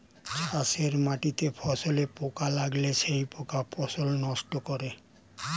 চাষের মাটিতে ফসলে পোকা লাগলে সেই পোকা ফসল নষ্ট করে